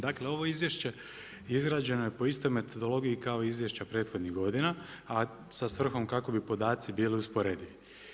Dakle, ovo izvješće je izrađeno po istoj metodologije kao izvješća prethodnih godina, a sa svrhom kako bi podaci bili usporedivi.